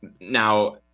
Now